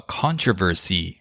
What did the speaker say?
controversy